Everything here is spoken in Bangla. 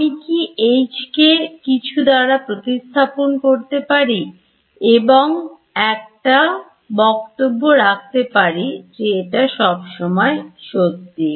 আমি কি H কে কিছু দ্বারা প্রতিস্থাপন করতে পারি এবং একটা বক্তব্য রাখতে পারি যে এটা সবসময় সত্যি